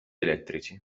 elettrici